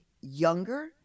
younger